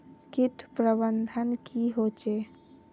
किट प्रबन्धन की होचे?